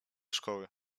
szkoły